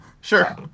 sure